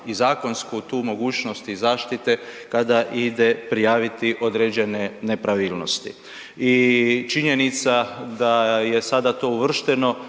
i zakonsku tu mogućnost i zaštite kada ide prijaviti određene nepravilnosti. I činjenica da je sada to uvršteno,